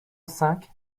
cinq